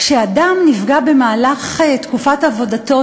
כשאדם נפגע במהלך תקופת עבודתו,